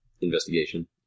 Investigation